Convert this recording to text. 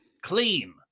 clean